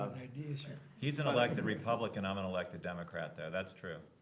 he's an elected republican. i'm an elected democrat, though. that's true.